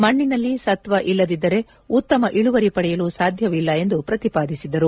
ಮಣ್ಣೆನಲ್ಲಿ ಸತ್ತ್ವ ಇಲ್ಲದಿದ್ದರೆ ಉತ್ತಮ ಇಳುವರಿ ಪಡೆಯಲು ಸಾಧ್ಯವಿಲ್ಲ ಎಂದು ಪ್ರತಿಪಾದಿಸಿದ್ದರು